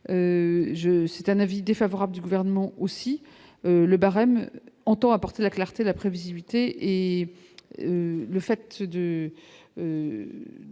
cite, un avis défavorable du gouvernement aussi le barème entend apporter la clarté, la prévisible. C'est, et le fait de.